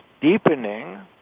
deepening